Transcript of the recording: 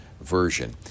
version